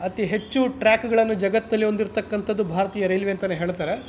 ಅತಿ ಹೆಚ್ಚು ಟ್ರ್ಯಾಕ್ಗಳನ್ನು ಜಗತ್ತಿನಲ್ಲಿ ಹೊಂದಿರತಕ್ಕಂಥದ್ದು ಭಾರತೀಯ ರೈಲ್ವೆ ಅಂತನೇ ಹೇಳ್ತಾರೆ